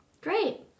Great